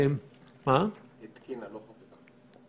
-- התקינה ולא חוקקה.